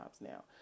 now